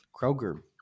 kroger